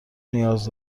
نیاز